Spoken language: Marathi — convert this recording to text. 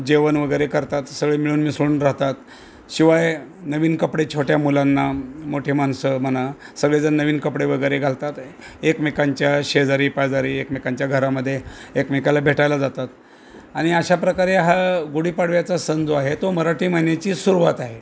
जेवण वगैरे करतात सगळे मिळून मिसळून राहतात शिवाय नवीन कपडे छोट्या मुलांना मोठे माणसं म्हणा सगळेजण नवीन कपडे वगैरे घालतात एकमेकांच्या शेजारी पाजारी एकमेकांच्या घरामध्ये एकमेकाला भेटायला जातात आणि अशा प्रकारे हा गुढीपाडव्याचा सण जो आहे तो मराठी महिन्याची सुरुवात आहे